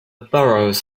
burroughs